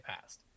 passed